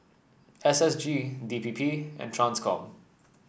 S S G D P P and Transcom